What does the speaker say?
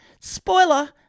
Spoiler